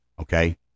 Okay